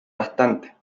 bastante